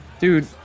dude